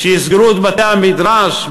שיסגרו את בתי-המדרש?